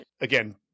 again